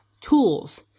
tools